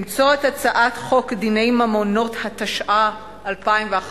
למצוא את הצעת חוק דיני ממונות, התשע"א 2011,